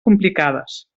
complicades